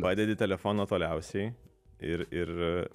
padedi telefoną toliausiai ir ir